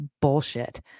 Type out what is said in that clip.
bullshit